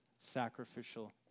sacrificial